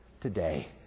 Today